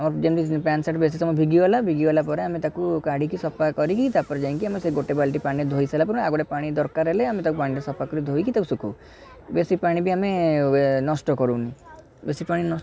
ଆଉ ଯେମତି pant shirt ବେଶି ସମୟ ଭିଗିଗଲା ଭିଗିଗଲା ପରେ ଆମେ ତାକୁ କାଢ଼ିକି ସଫା କରିକି ତା ପରେ ଯାଇକି ଆମେ ସେହି ଗୋଟେ ବାଲଟି ପାଣିରେ ଧୋଇ ସାରିଲା ପରେ ଆଉ ଗୋଟେ ପାଣି ଦରକାର ହେଲେ ଆମେ ତାକୁ ପାଣିରେ ସଫା କରିକି ଧୋଇକି ତାକୁ ଶୁଖଉ ବେଶି ପାଣି ବି ଆମେ ନଷ୍ଟ କରୁନୁ ବେଶି ପାଣି